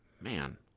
man